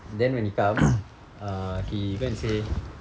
then when he come uh he go and say